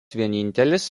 vienintelis